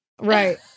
Right